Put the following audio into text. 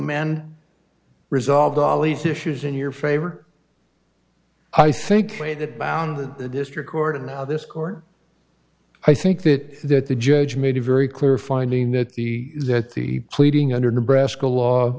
man resolved ollie's issues in your favor i think way that bound to the district court and now this court i think that that the judge made a very clear finding that the that the pleading under nebraska law